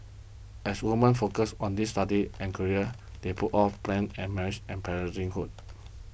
as woman focused on these studies and careers they put off plans and marriage and parenting good